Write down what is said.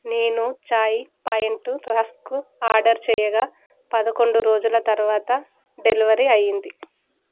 నేను Chai Point rusk order చేయగా పదకొండు రోజుల తరువాత డెలివరీ అయ్యింది